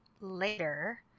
later